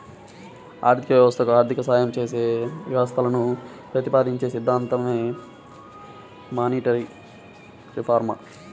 ఆర్థిక వ్యవస్థకు ఆర్థిక సాయం చేసే వ్యవస్థలను ప్రతిపాదించే సిద్ధాంతమే మానిటరీ రిఫార్మ్